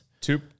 Two